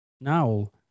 Now